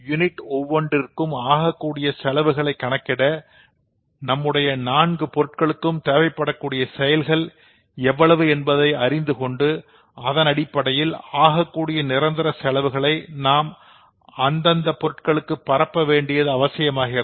unit ஒவ்வொன்றிற்கும் ஆகக்கூடிய செலவுகளை கணக்கிட நம்முடைய நான்கு பொருட்களுக்கும் தேவைப்படக்கூடிய செயல்கள் எவ்வளவு என்பதை அறிந்துகொண்டு அதனுடைய அடிப்படையில் ஆகக்கூடிய நிரந்தர செலவுகளை நாம் அந்த பொருட்களுக்கு பரப்ப வேண்டியது அவசியமாகிறது